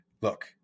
look